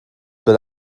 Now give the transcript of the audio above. but